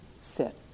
sit